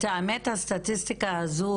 את האמת, הסטטיסטיקה הזו